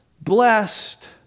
blessed